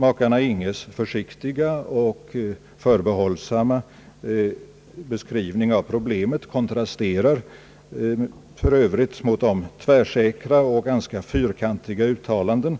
Makarna Inghes försiktiga och förbehållsamma beskrivning av problemet kontrasterar för Övrigt mot de tvärsäkra och ganska fyrkantiga uttalanden